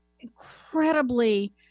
incredibly